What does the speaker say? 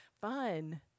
fun